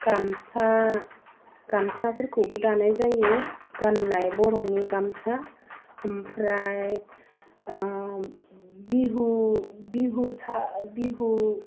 गामसा गामसाफोरखौबो दानाय जायो गान्नाय बर'नि गामसा ओमफ्राय बिहु बिहुसा बिहु